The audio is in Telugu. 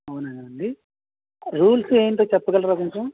అవునా అండి రూల్స్ ఏంటో చెప్పగలరా కొంచెం